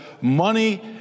money